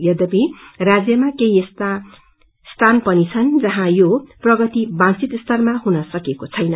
यद्यपि राज्यमा केही स्थान यस्ता पनि छन् जहाँ यो प्रगति वांछित स्तरमा हुन सकिएको छैन